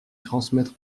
transmettre